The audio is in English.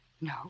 No